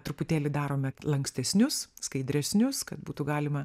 truputėli darome lankstesnius skaidresnius kad būtų galima